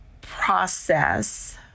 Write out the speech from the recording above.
process